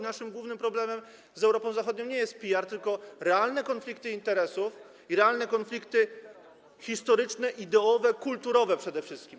Naszym głównym problemem z Europą Zachodnią nie jest PR, tylko realne konflikty interesów i realne konflikty historyczne, ideowe, kulturowe przede wszystkim.